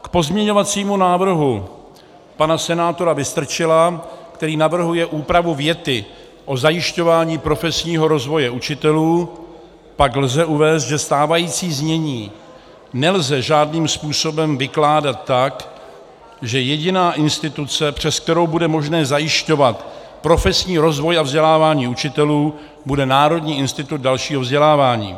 K pozměňovacímu návrhu pana senátora Vystrčila, který navrhuje úpravu věty o zajišťování profesního rozvoje učitelů, pak lze uvést, že stávající znění nelze žádným způsobem vykládat tak, že jediná instituce, přes kterou bude možné zajišťovat profesní rozvoj a vzdělávání učitelů, bude Národní institut dalšího vzdělávání.